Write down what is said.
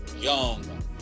Young